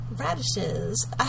Radishes